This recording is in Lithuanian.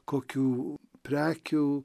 kokių prekių